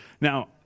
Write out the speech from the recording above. Now